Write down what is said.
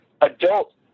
adult